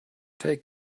take